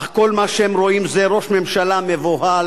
אך כל מה שרואים זה ראש ממשלה מבוהל,